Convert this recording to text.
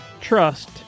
trust